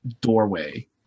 doorway